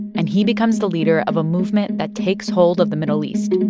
and he becomes the leader of a movement that takes hold of the middle east